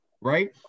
right